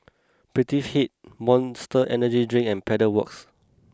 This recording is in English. Prettyfit Monster Energy Drink and Pedal Works